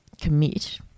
commit